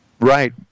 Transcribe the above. Right